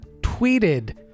tweeted